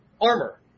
armor